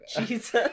Jesus